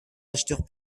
acheteurs